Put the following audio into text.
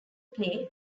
play